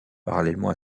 parallèlement